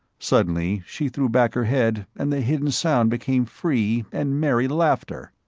suddenly she threw back her head and the hidden sound became free and merry laughter.